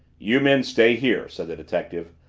you men stay here! said the detective.